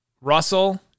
Russell